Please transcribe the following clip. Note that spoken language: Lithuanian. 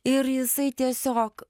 ir jisai tiesiog